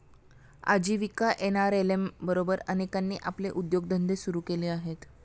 आजीविका एन.आर.एल.एम बरोबर अनेकांनी आपले उद्योगधंदे सुरू केले आहेत